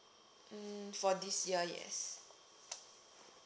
mm for this year yes